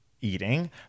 eating